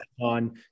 on